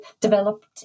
developed